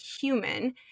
human